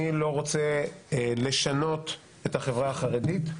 אני לא רוצה לשנות את החברה החרדית.